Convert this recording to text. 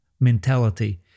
mentality